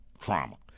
trauma